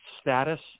status